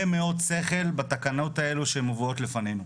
מאוד שכל בתקנות האלו שמובאות לפנינו.